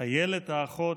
איילת האחות,